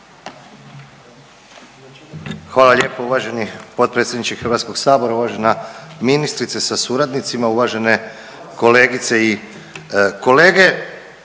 Hvala lijepo uvaženi potpredsjedniče Hrvatskog sabora. Uvažena ministrice sa suradnicima, uvažene kolegice i kolege,